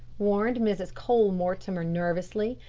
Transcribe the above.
warned mrs. cole-mortimer nervously.